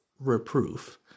reproof